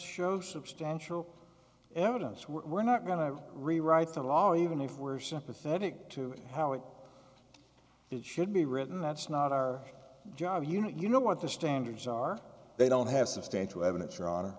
show substantial evidence we're not going to rewrite the law even if we're sympathetic to how it should be written that's not our job you know you know what the standards are they don't have substantial evidence or